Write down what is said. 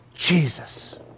Jesus